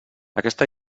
aquesta